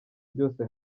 byose